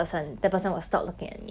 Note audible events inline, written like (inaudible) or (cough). ya (laughs)